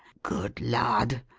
good lud!